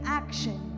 action